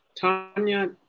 Tanya